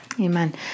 Amen